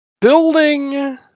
building